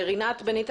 רינת בניטה,